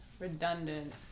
Redundant